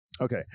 Okay